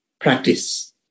practice